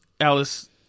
Alice